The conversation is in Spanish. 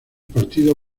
partido